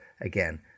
again